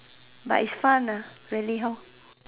but is fun ah really hor